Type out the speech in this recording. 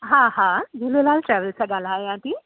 हा हा झूलेलाल ट्रेवल्स सां ॻाल्हायां थी